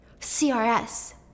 CRS